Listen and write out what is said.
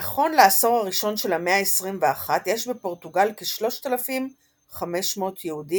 נכון לעשור הראשון של המאה ה-21 יש בפורטוגל כ-3,500 יהודים,